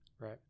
Right